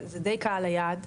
זה די קהל היעד,